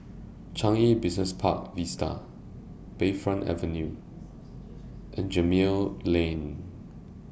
Changi Business Park Vista Bayfront Avenue and Gemmill Lane